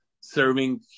Serving